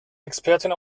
expertin